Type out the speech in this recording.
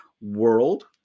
world